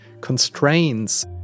constraints